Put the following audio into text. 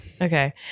Okay